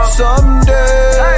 someday